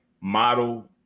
model